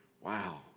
Wow